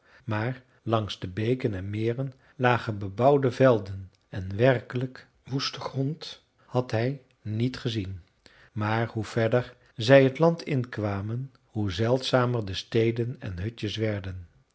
maar langs de beken en meren lagen bebouwde velden en werkelijk woesten grond had hij niet gezien maar hoe verder zij het land in kwamen hoe zeldzamer de steden en hutjes werden